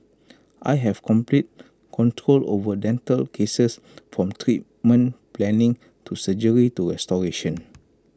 I have complete control over dental cases from treatment planning to surgery to restoration